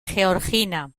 georgina